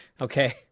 Okay